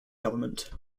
government